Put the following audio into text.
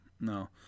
no